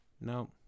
no